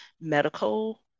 Medical